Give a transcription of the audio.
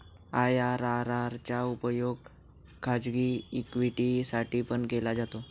IRR चा उपयोग खाजगी इक्विटी साठी पण केला जातो